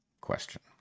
question